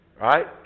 right